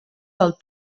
del